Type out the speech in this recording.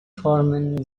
formen